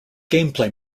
gameplay